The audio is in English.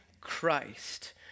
Christ